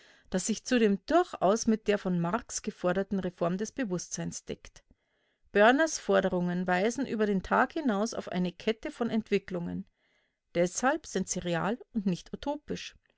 das sich zudem durchaus mit der von marx geforderten reform des bewußtseins deckt börners forderungen weisen über den tag hinaus auf eine kette von entwicklungen deshalb sind sie real und nicht utopisch